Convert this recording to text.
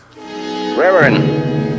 reverend